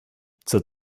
zur